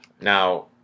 Now